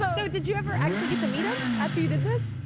so did you ever actually get to meet him after you did this?